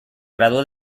graduó